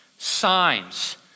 signs